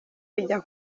bijya